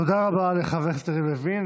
תודה רבה לחבר הכנסת יריב לוין.